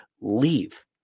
Leave